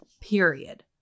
period